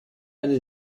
eine